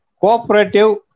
cooperative